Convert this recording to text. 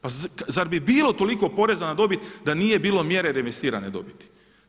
Pa zar bi bilo toliko poreza na dobit da nije bilo mjere reinvestirane dobiti?